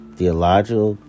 Theological